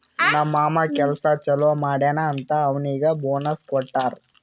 ನಮ್ ಮಾಮಾ ಕೆಲ್ಸಾ ಛಲೋ ಮಾಡ್ಯಾನ್ ಅಂತ್ ಅವ್ನಿಗ್ ಬೋನಸ್ ಕೊಟ್ಟಾರ್